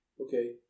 okay